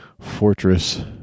fortress